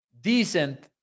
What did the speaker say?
decent